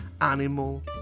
animal